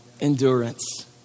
Endurance